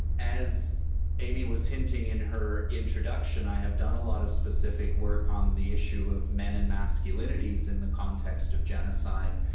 as amy was hinting in her introduction, i have done a lot of specific work on the issue of men and masculinities in the context of genocide,